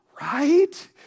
right